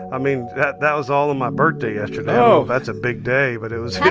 i mean, that that was all on my birthday yesterday oh that's a big day, but it was.